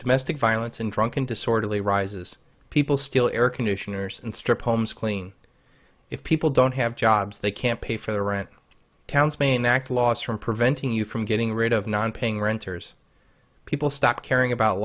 domestic violence and drunk and disorderly rises people still air conditioners and strip homes clean if people don't have jobs they can't pay for the rent counts maniac loss from preventing you from getting rid of nonpaying renters people stop caring about